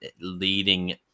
leading